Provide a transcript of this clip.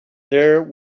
there